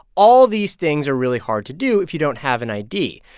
all these things are really hard to do if you don't have an id.